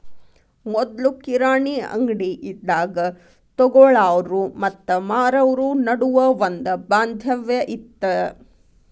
ಮೊದ್ಲು ಕಿರಾಣಿ ಅಂಗ್ಡಿ ಇದ್ದಾಗ ತೊಗೊಳಾವ್ರು ಮತ್ತ ಮಾರಾವ್ರು ನಡುವ ಒಂದ ಬಾಂಧವ್ಯ ಇತ್ತ